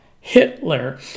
Hitler